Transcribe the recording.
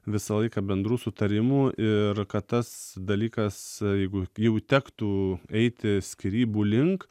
visą laiką bendrų sutarimų ir kad tas dalykas jeigu jau tektų eiti skyrybų link